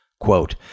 Quote